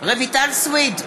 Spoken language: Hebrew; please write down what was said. רויטל סויד,